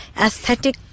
aesthetic